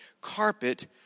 carpet